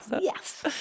Yes